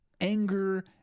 anger